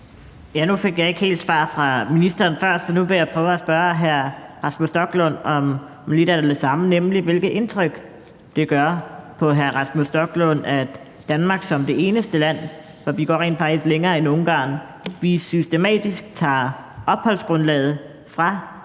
Nu fik jeg ikke helt svar fra ministeren før, så jeg vil prøve at spørge hr. Rasmus Stoklund om lidt af det samme, nemlig hvilket indtryk det gør på hr. Rasmus Stoklund, at Danmark som det eneste land – for vi går rent faktisk længere end Ungarn – systematisk tager opholdsgrundlaget fra syriske